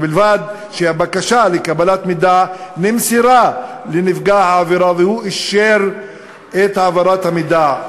ובלבד שהבקשה לקבלת מידע נמסרה לנפגע העבירה והוא אישר את העברת המידע.